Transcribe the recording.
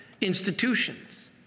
institutions